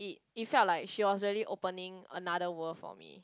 it felt like she was really opening another world for me